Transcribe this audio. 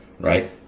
right